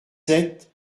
sept